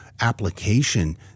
application